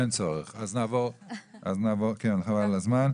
אין צורך, כן, חבל על הזמן.